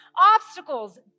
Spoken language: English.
obstacles